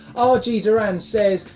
r g. duran says,